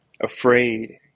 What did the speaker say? afraid